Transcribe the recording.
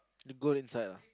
the goal inside ah